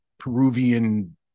Peruvian